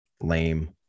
Lame